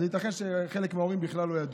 אז ייתכן שחלק מההורים בכלל לא ידעו,